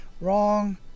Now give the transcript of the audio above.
Wrong